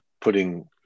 putting